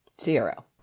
Zero